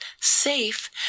safe